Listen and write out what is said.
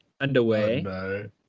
underway